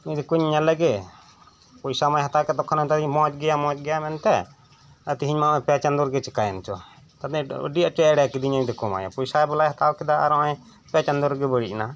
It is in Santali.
ᱱᱩᱭ ᱫᱮᱠᱩᱧ ᱧᱮᱞ ᱞᱮᱜᱮ ᱯᱚᱭᱥᱟᱢᱟᱭ ᱦᱟᱛᱟᱣᱠᱮᱫ ᱛᱚᱠᱷᱚᱱ ᱢᱮᱛᱟᱫᱤᱧ ᱢᱚᱸᱡᱽ ᱜᱮᱭᱟ ᱢᱚᱸᱡᱽ ᱜᱮᱭᱟ ᱢᱮᱱᱛᱮ ᱟᱨ ᱛᱮᱦᱮᱧᱢᱟ ᱯᱮ ᱪᱟᱸᱫᱳ ᱨᱮᱜᱮ ᱪᱤᱠᱟᱭᱮᱱᱪᱚ ᱟᱫᱚ ᱟᱹᱰᱤ ᱟᱴᱮ ᱮᱲᱮᱠᱤᱫᱤᱧᱟ ᱱᱩᱭ ᱫᱮᱹᱠᱩ ᱢᱟᱛᱚ ᱯᱚᱭᱥᱟ ᱵᱮᱞᱟᱭ ᱦᱟᱛᱟᱣ ᱠᱮᱫᱟ ᱟᱨ ᱱᱚᱜ ᱚᱭ ᱯᱮ ᱪᱟᱸᱫᱳ ᱨᱮᱜᱮ ᱵᱟᱹᱲᱤᱡ ᱮᱱᱟ